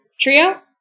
trio